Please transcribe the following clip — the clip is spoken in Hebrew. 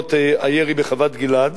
בעקבות הירי בחוות-גלעד,